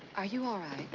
are you all right?